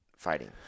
fighting